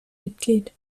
mitglied